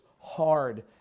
hard